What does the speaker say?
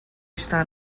está